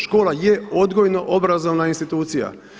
Škola je odgojno obrazovna institucija.